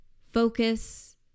Focus